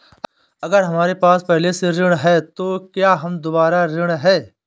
अगर हमारे पास पहले से ऋण है तो क्या हम दोबारा ऋण हैं?